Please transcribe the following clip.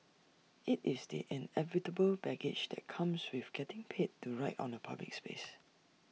IT is the inevitable baggage that comes with getting paid to write on A public space